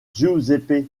giuseppe